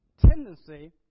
tendency